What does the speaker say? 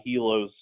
helos